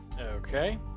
Okay